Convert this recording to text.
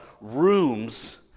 rooms